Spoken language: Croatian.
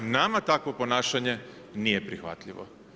Nama takvo ponašanje nije prihvatljivo.